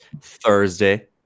Thursday